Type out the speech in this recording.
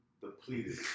depleted